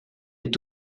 est